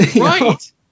Right